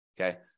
Okay